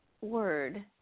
word